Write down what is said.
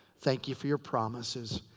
thank you for your promises.